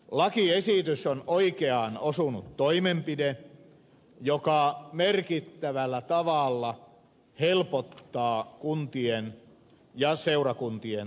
lakiesitys on oikeaan osunut toimenpide joka merkittävällä tavalla helpottaa kuntien ja seurakuntien talouden hoitoa